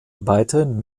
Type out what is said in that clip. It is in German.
weiterhin